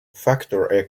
factor